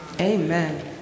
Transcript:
amen